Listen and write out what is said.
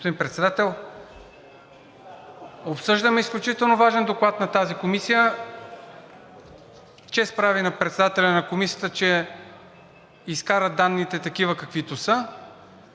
Господин Председател, обсъждаме изключително важен доклад на тази комисия. Чест прави на председателя на Комисията, че изкара данните такива, каквито са.